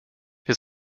wir